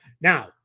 Now